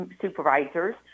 supervisors